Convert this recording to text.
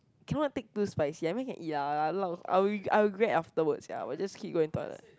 cannot take too spicy I mean can eat ah I I'll I'll regret afterwards sia I will just keep going toilet